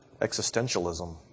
existentialism